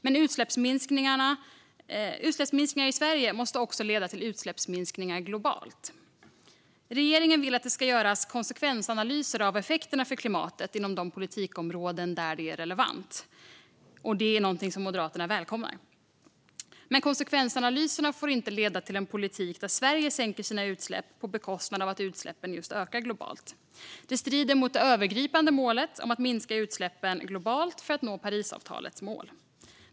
Men utsläppsminskningar i Sverige måste också leda till utsläppsminskningar globalt. Regeringen vill att det ska göras konsekvensanalyser av effekterna för klimatet inom de politikområden där det är relevant, och det är någonting som Moderaterna välkomnar. Men konsekvensanalyserna får inte leda till en politik där Sverige sänker sina utsläpp på bekostnad av att utsläppen ökar globalt. Det strider mot det övergripande målet om att minska utsläppen globalt för att nå Parisavtalets mål.